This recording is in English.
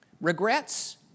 Regrets